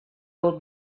old